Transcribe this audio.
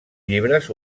llibres